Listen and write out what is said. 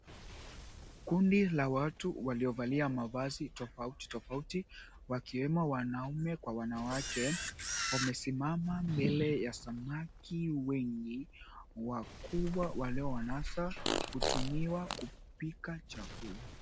Kundi la watu waliovalia mavazi tofauti tofauti wakiwemo wanaume kwa wanawake, wamesimama mbele ya samaki wengi, wa kuwa waliowanasa hutumiwa kupika chakula.